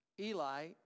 Eli